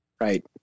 Right